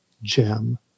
Gem